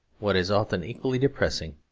what is often equally depressing,